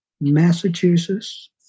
Massachusetts